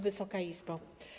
Wysoka Izbo!